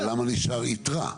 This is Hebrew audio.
אבל למה נשארת יתרה?